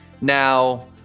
now